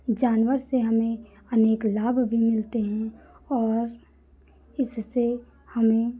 जानवर से हमें अनेक लाभ भी मिलते हैं और इससे हमें